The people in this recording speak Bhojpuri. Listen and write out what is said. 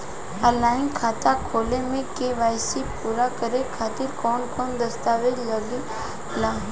आनलाइन खाता खोले में के.वाइ.सी पूरा करे खातिर कवन कवन दस्तावेज लागे ला?